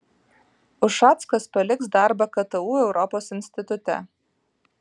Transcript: ušackas paliks darbą ktu europos institute